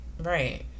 Right